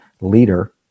leader